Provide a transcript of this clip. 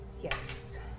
Yes